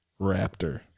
Raptor